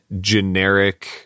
generic